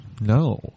No